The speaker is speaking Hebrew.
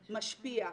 משפיע,